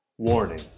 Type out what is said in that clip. Warning